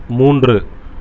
மூன்று